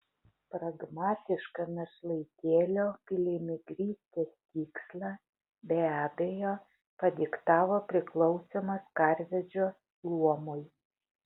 pragmatišką našlaitėlio piligrimystės tikslą be abejo padiktavo priklausymas karvedžio luomui